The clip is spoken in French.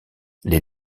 les